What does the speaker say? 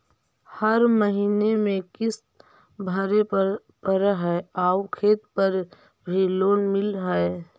हर महीने में किस्त भरेपरहै आउ खेत पर भी लोन मिल है?